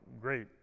great